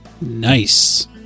Nice